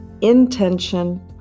Intention